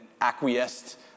acquiesced